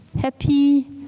happy